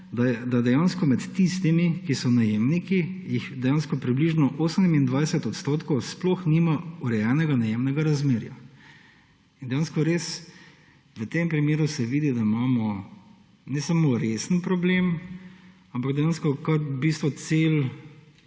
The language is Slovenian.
da dejansko med tistimi, ki so najemniki, jih približno 28 odstotkov sploh nima urejenega najemnega razmerja. Dejansko se res v tem primeru vidi, da imamo ne samo resen problem, ampak kar v bistvu cel